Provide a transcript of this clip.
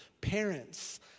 Parents